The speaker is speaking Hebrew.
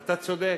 אתה צודק,